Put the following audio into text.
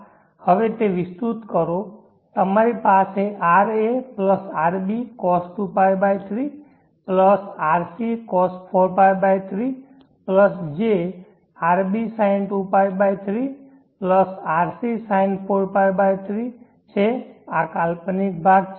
હવે તે વિસ્તૃત કરો તમારી પાસે ra rbcos2π3 rccos4π3 j rbsin2π3 rcsin4π3 આ કાલ્પનિક ભાગ છે